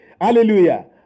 Hallelujah